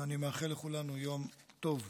ואני מאחל לכולנו יום טוב.